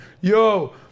yo